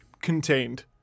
contained